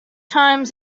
times